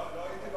לא הייתי אז.